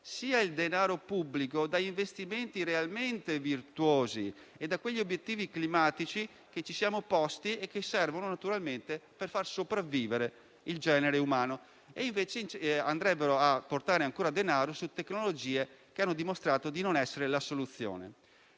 sia il denaro pubblico da investimenti realmente virtuosi e dagli obiettivi climatici che ci siamo posti e che servono naturalmente per far sopravvivere il genere umano, mentre porterebbero ancora denaro su tecnologie che hanno dimostrato di non essere la soluzione.